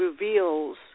reveals